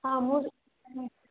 ହଁ ମୁଁ